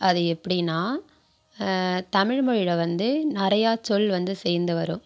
அது எப்படின்னா தமிழ்மொழியில் வந்து நிறையா சொல் வந்து சேர்ந்து வரும்